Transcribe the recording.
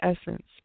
essence